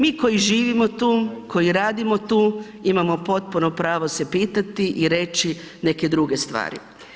Mi koji živimo tu, koji radimo tu imamo potpuno pravo se pitati i reći neke druge stvari.